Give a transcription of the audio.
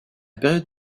période